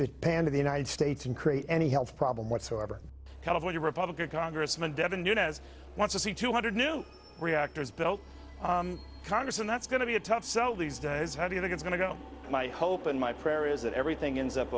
japan to the united states and create any health problem whatsoever california republican congressman devin nunez want to see two hundred new reactors belts congress and that's going to be a tough sell these days how do you think it's going to go my hope and my prayer is that everything ends up